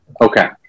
Okay